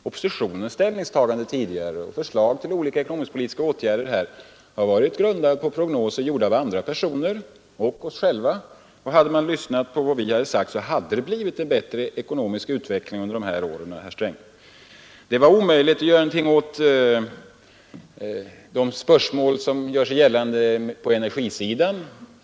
Oppositionens tidigare ställningstaganden och förslag till olika ekonomisk-politiska åtgärder har varit grundade på prognoser gjorda av andra personer och av oss själva, och hade man lyssnat på vad vi sade, hade vi fått en bättre ekonomisk utveckling under dessa år, herr Sträng. Det var också omöjligt att göra någonting när det gällde energiproblemet.